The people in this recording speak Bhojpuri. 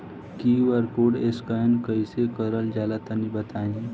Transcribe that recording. क्यू.आर कोड स्कैन कैसे क़रल जला तनि बताई?